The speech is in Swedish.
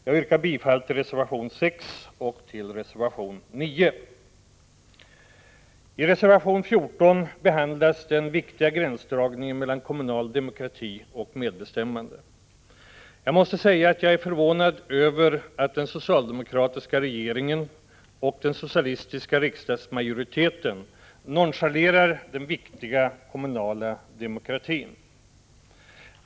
Jag yrkar bifall till reservation 6 och till reservation 9. I reservation 14 behandlas den viktiga gränsdragningen mellan kommunal demokrati och medbestämmande. Jag måste säga att jag är förvånad över att den socialdemokratiska regeringen och den socialistiska riksdagsmajoriteten nonchalerar den viktiga kommunala demokratin.